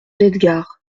d’edgard